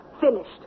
Finished